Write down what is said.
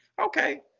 Okay